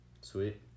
Sweet